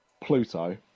Pluto